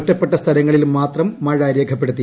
ഒറ്റപ്പെട്ട സ്ഥലങ്ങളിൽ മാത്രം മഴ രേഖപ്പെടുത്തി